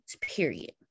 period